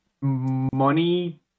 money